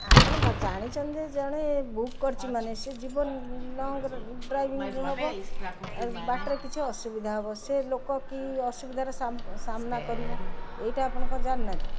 ଆପଣ ବା ଜାଣିଛନ୍ତି ଯେ ଜଣେ ବୁକ୍ କରିଛି ମାନେ ସେ ଯିବ ଲଙ୍ଗ ଡ୍ରାଇଭିଂ ହେବ ବାଟରେ କିଛି ଅସୁବିଧା ହେବ ସେ ଲୋକ କି ଅସୁବିଧାର ସାମ୍ନା କରିବ ଏଇଟା ଆପଣ କ'ଣ ଜାଣିନାହାଁନ୍ତି